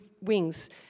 wings